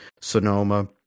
Sonoma